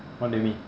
what do you mean